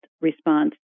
response